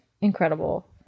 incredible